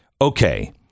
Okay